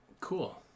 Cool